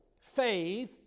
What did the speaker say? faith